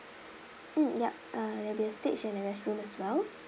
mm ya uh there'll be a stage and restroom as well